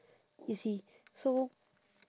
you see so